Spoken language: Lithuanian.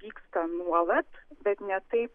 vyksta nuolat bet ne taip